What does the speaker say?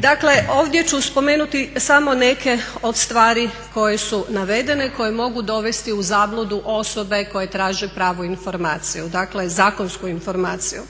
Dakle ovdje ću spomenuti samo neke od stvari koje su navedene, koje mogu dovesti u zabludu osobe koje traže pravu informaciju, dakle zakonsku informaciju.